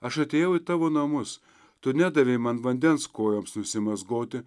aš atėjau į tavo namus tu nedavei man vandens kojoms nusimazgoti